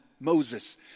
Moses